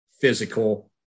physical